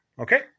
Okay